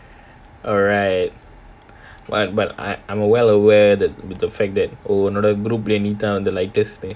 alright but I am well aware that with the fact that ஒன்னோட குரூப்ல நீ தான்:onnoda groupla nee thaan lightest